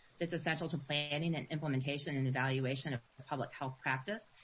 that's essential to planning, and implementation, and evaluation of public health practice.